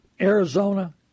Arizona